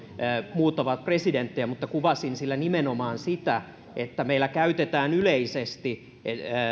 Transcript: muut ovat presidenttejä mutta kuvasin sillä nimenomaan sitä että meillä yleisesti